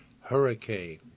hurricane